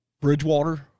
Bridgewater